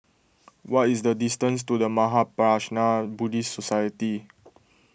what is the distance to the Mahaprajna Buddhist Society